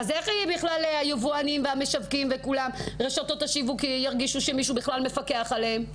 אז איך בכלל היבואנים ורשתות השיווק ירגישו שמישהו מפקח עליהם?